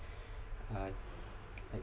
uh like